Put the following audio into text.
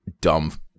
dumb